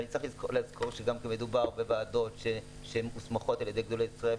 צריך לזכור שמדובר בוועדות שמוסמכות על-ידי גדולי ישראל,